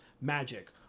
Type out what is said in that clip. Magic